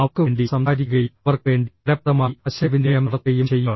അവർക്കുവേണ്ടി സംസാരിക്കുകയും അവർക്കുവേണ്ടി ഫലപ്രദമായി ആശയവിനിമയം നടത്തുകയും ചെയ്യുക